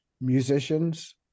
musicians